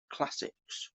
classics